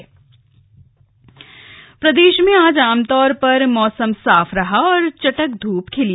मौसम प्रदेश में आज आमतौर पर मौसम साफ रहा और चटख ध्रप खिली